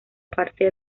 parte